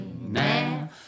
now